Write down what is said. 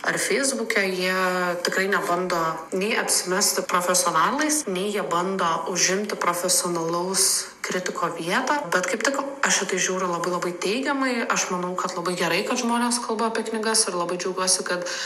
ar feisbuke jie tikrai nebando nei apsimesti profesionalais nei jie bando užimti profesionalaus kritiko vietą bet kaip tik aš į tai žiūriu labai labai teigiamai aš manau kad labai gerai kad žmonės kalba apie knygas ir labai džiaugiuosi kad